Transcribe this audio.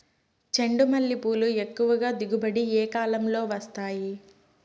చెండుమల్లి పూలు ఎక్కువగా దిగుబడి ఏ కాలంలో వస్తాయి